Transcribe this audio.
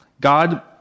God